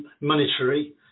monetary